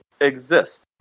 exist